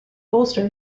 bolster